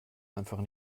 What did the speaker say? einfach